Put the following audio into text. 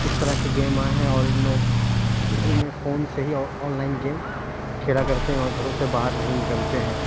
اس طرح کے گیم آئے ہیں اور ان لوگ اسی میں فون سے ہی آن لائن گیم کھیلا کرتے ہیں اور گھروں سے باہر نہیں نکلتے ہیں